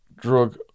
drug